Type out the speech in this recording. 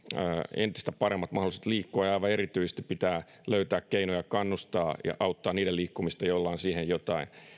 entistä paremmat mahdollisuudet liikkua ja aivan erityisesti pitää löytää keinoja kannustaa ja auttaa niiden liikkumista joilla on siihen joitain